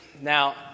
Now